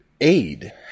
aid